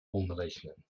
umrechnen